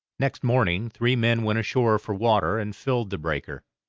next morning three men went ashore for water and filled the breaker,